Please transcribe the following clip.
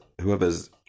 whoever's